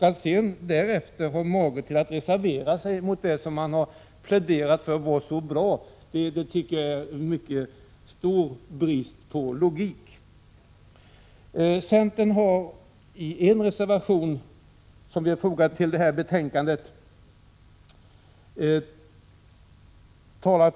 Att därefter ha mage att reservera sig mot det han tidigare pläderat för tycker jag visar en mycket stor brist på logik. Centern har en reservation fogad till det betänkande vi nu behandlar.